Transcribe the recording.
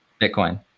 Bitcoin